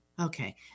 okay